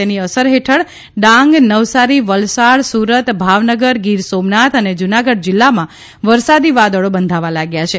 તેની અસર હેઠળ ડાંગ નવસારી વલસાડ સુરત ભાવનગર ગીર સોમનાથ અને જૂનાગઢ જિલ્લામાં વરસાદી વાદળો બંધાવા લાગ્યાં છે